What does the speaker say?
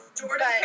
Jordan